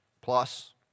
Plus